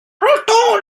j’entends